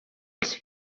als